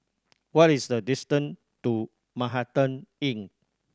what is the distant to Manhattan Inn